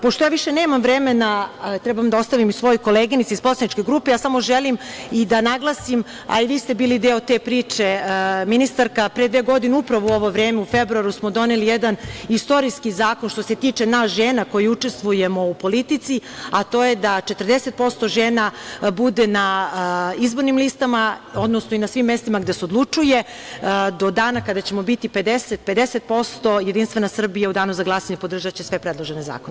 Pošto više nemam vremena, treba da ostavim i svojoj koleginici iz poslaničke grupe, samo želim da naglasim, a i vi ste bili deo te priče, ministarka, pre dve godine, upravo u ovo vreme, u februaru smo doneli jedan istorijski zakon što se tiče nas žena koje učestvujemo u politici, a to je da 40% žena bude na izbornim listama, odnosno i na svim mestima gde se odlučuje do dana kada ćemo biti 50:50%, JS u danu za glasanje podržaće sve predložene zakone.